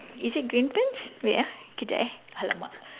is it green pants wait ah kejap eh !alamak!